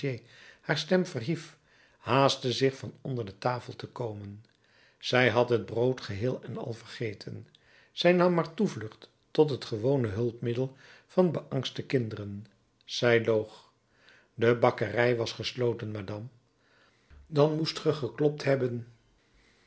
haar stem verhief haastte zich van onder de tafel te komen zij had het brood geheel en al vergeten zij nam haar toevlucht tot het gewone hulpmiddel van beangste kinderen zij loog de bakkerij was gesloten madame dan moest ge geklopt hebben